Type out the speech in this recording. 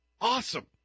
awesome